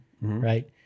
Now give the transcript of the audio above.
right